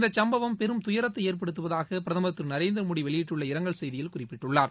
இந்த சம்பவம் பெரும் துயரத்தை ஏற்படுத்துவதாக பிரதமர் திரு நரேந்திரமோடி வெளியிட்டுள்ள இரங்கல் செய்தியில் குறிப்பிட்டுள்ளார்